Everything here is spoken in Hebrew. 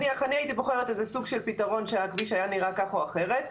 נניח אני הייתי בוחרת איזה סוג של פתרון שהכביש היה נראה כך או אחרת,